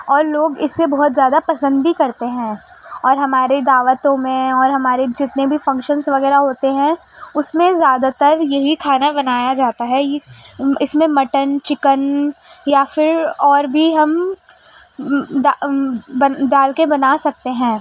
اور لوگ اسے بہت زیادہ پسند بھی کرتے ہیں اور ہماری دعوتوں میں اور ہمارے جتنے بھی فنکشنس وغیرہ ہوتے ہیں اس میں زیادہ تر یہی کھانا بنایا جاتا ہے اس میں مٹن چکن یا پھر اور بھی ہم ڈال کے بنا سکتے ہیں